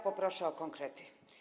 Poproszę o konkrety.